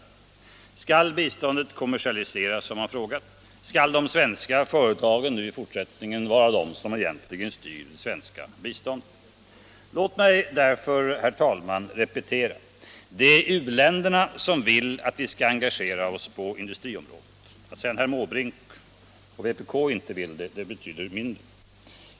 Man har frågat: Skall biståndet kommersialiseras? Skall de svenska företagen i fortsättningen vara de som egentligen styr det svenska biståndet? Låt mig därför, herr talman, repetera: Det är u-länderna som vill att vi skall engagera oss på industriområdet. Att sedan herr Måbrink och vpk inte vill det betyder mindre.